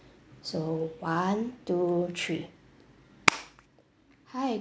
so one two three hi